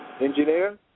Engineer